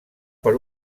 per